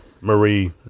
Marie